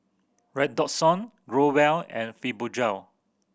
Redoxon Growell and Fibogel